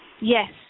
Yes